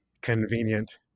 Convenient